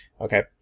okay